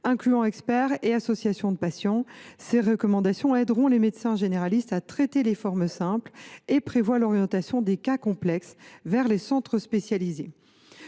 incluant experts et associations de patients. Ces recommandations aideront les médecins généralistes à traiter les formes simples et prévoient l’orientation des cas complexes vers les centres spécialisés.